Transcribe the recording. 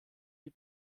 die